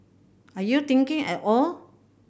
are you thinking at all